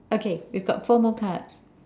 okay you've got four more cards